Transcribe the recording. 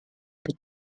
wird